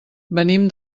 venim